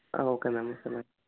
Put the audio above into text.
okay ma'am okay ma'am